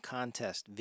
Contest